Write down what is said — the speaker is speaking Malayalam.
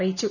അറിയിച്ചു